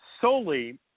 solely